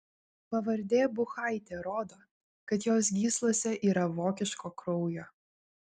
pavardė buchaitė rodo kad jos gyslose yra vokiško kraujo